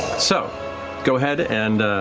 so go ahead and,